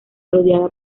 rodeada